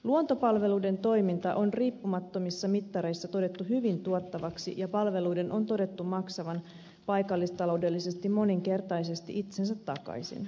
luontopalveluiden toiminta on riippumattomissa mittareissa todettu hyvin tuottavaksi ja palveluiden on todettu maksavan paikallistaloudellisesti moninkertaisesti itsensä takaisin